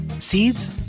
seeds